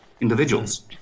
individuals